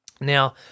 Now